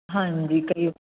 ਹਾਂਜੀ ਕਰੀ